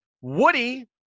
Woody